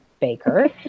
baker